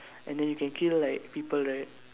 and then you can kill like people right